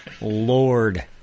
Lord